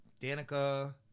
Danica